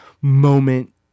moment